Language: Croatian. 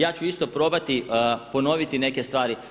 Ja ću isto probati ponoviti neke stvari.